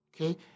okay